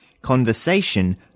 Conversation